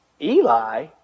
Eli